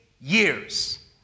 years